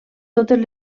totes